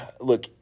Look